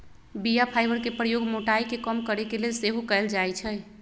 बीया फाइबर के प्रयोग मोटाइ के कम करे के लेल सेहो कएल जाइ छइ